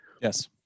yes